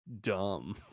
dumb